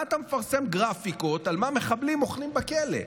מה אתה מפרסם גרפיקות על מה מחבלים אוכלים בכלא,